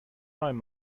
neuem